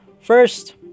First